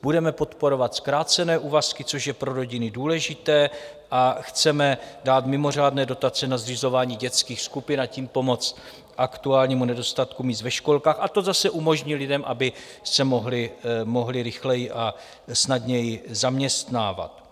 Budeme podporovat zkrácené úvazky, což je pro rodiny důležité, a chceme dát mimořádné dotace na zřizování dětských skupin, tím pomoct aktuálnímu nedostatku míst ve školkách a to zase umožní lidem, aby se mohli rychleji a snadněji zaměstnávat.